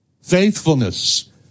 Faithfulness